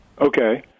Okay